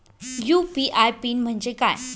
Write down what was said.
UPI PIN म्हणजे काय?